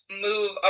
move